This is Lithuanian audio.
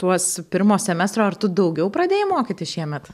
tuos pirmo semestro ar tu daugiau pradėjai mokytis šiemet